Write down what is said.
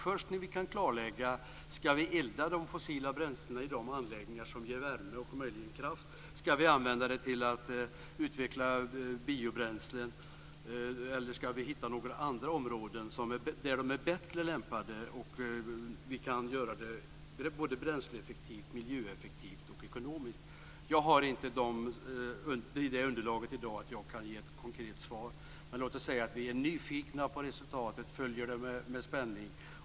Först ska vi klarlägga om vi ska elda de fossila bränslena i de anläggningar som ger värme och möjligen kraft, om vi ska använda dem till att utveckla biobränslen eller om vi ska hitta andra områden där de är bättre lämpade och där vi kan göra det både bränsleeffektivt, miljöeffektivt och ekonomiskt. Jag har inte det underlaget i dag att jag kan ge ett konkret svar. Men låt oss säga att vi är nyfikna på resultatet och följer det med spänning.